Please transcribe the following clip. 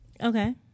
Okay